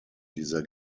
dieser